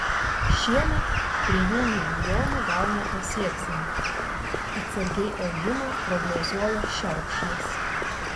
šiemet trijų milijonų gal nepasieksime atsargiai augimą prognozuoja šerkšnas